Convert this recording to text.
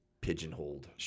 pigeonholed